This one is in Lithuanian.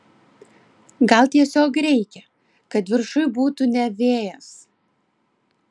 gal tiesiog reikia kad viršuj būtų ne vėjas